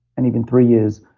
and even three years,